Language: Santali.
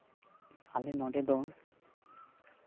ᱟᱞᱮ ᱱᱚᱸᱰᱮ ᱫᱚ